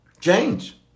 change